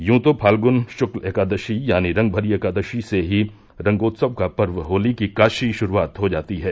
यूं तो फाल्गुन शुक्ल एकादशी यानी रंगमरी एकादशी से ही रंगोत्सव का पर्व होली की काशी श्रुआत हो जाती है